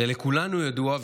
הרי לכולנו היה ברור וידוע,